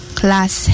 class